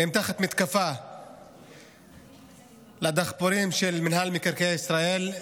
תחת מתקפה של הדחפורים של רשות מקרקעי ישראל.